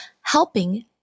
helping